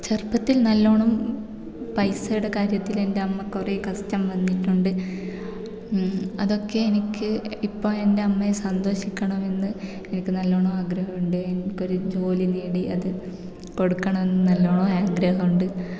ചെറുപ്പത്തിൽ നല്ലവണ്ണം പൈസയുടെ കാര്യത്തിൽ എൻ്റമ്മ കുറേ കഷ്ടം വന്നിട്ടുണ്ട് അതൊക്കെ എനിക്ക് ഇപ്പോൾ എൻ്റെ അമ്മയെ സന്തോഷിക്കണം എന്ന് എനിക്ക് നല്ലവണ്ണം ആഗ്രഹമുണ്ട് എനിക്കൊരു ജോലി നേടി അത് കൊടുക്കണമെന്ന് നല്ലവണ്ണം ആഗ്രഹമുണ്ട്